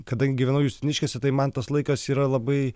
kadangi gyvenau justiniškėse tai man tas laikas yra labai